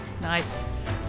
Nice